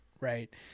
right